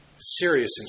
serious